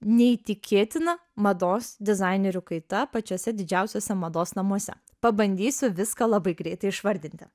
neįtikėtina mados dizainerių kaita pačiuose didžiausiuose mados namuose pabandysiu viską labai greitai išvardinti